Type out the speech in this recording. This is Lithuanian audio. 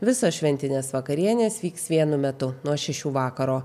visos šventinės vakarienės vyks vienu metu nuo šešių vakaro